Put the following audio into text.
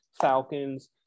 Falcons